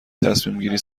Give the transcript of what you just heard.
تصمیمگیری